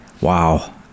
Wow